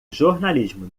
jornalismo